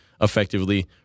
effectively